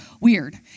weird